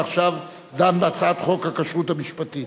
אתה עכשיו דן בהצעת חוק הכשרות המשפטית.